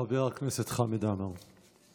חבר הכנסת חמד עמאר.